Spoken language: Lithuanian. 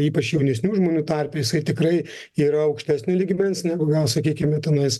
ypač jaunesnių žmonių tarpe jisai tikrai yra aukštesnio lygmens negu gal sakykime tenais